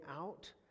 out